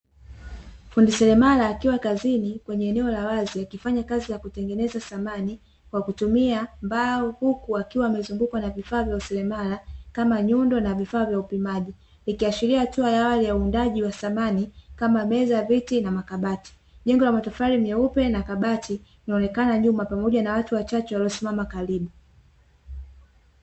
Fundi seremala akiwa kazini kwenye eneo la wazi akifanya kazi za kutengeneza samani kwa kutumia mbao, huku akiwa amezungukwa na vifaa vya useremala kama nyundo, na vifaa vya upimaji, ikiashiria hatua ya awali ya uundaji wa samani kama meza, viti na makabati. Jengo la matofali meupe na kabati linaonekana nyuma, pamoja na watu wachache waliosimama karibu.